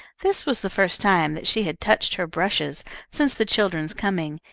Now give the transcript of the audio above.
this was the first time that she had touched her brushes since the children's coming,